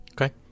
Okay